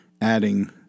adding